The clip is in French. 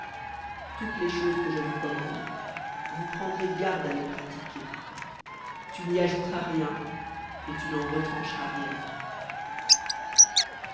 toutes les choses que je vous commande vous prendrez garde à les pratiquer tu n'y ajouteras rien et tu n'en retrancheras rien